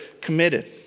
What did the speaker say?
committed